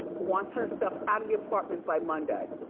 wants her stuff out of the apartment by monday,